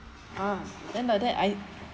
uh then like that I